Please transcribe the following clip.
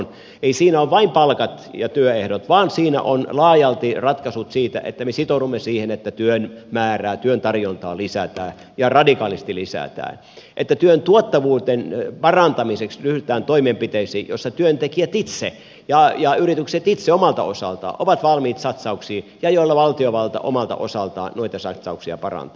ei siinä ole vain palkat ja työehdot vaan siinä on laajalti ratkaisut siitä että me sitoudumme siihen että työn määrää työn tarjontaa lisätään ja radikaalisti lisätään että työn tuottavuuden parantamiseksi ryhdytään toimenpiteisiin joissa työntekijät itse ja yritykset itse omalta osaltaan ovat valmiit satsauksiin ja joilla valtiovalta omalta osaltaan noita satsauksia parantaa